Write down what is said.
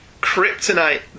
kryptonite